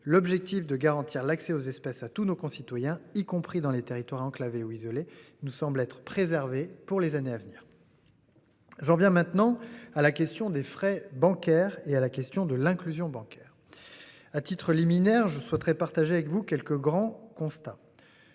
L'objectif de garantir l'accès aux espaces à tous nos concitoyens y compris dans les territoires enclavés ou isolées nous semble être préservés pour les années à venir. J'en viens maintenant à la question des frais bancaires et à la question de l'inclusion bancaire. À titre liminaire, je souhaiterais partager avec vous quelques grands constats.